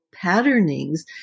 patternings